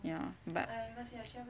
ya but